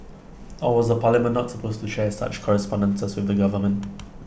or was the parliament not supposed to share such correspondences with the government